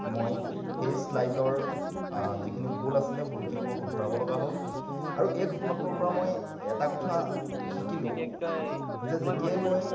মই সেই শ্লাইডৰ যিখিনি ভুল আছিলে ভুলখিনি মই শুধৰাব লগা হ'ল আৰু এই ঘটনাটোৰ পৰা এটা কথা শিকিলোঁ যে যেতিয়াই মই